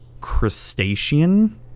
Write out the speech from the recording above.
Crustacean